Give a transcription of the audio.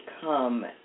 come